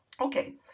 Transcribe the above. Okay